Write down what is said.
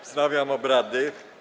Wznawiam obrady.